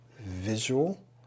Visual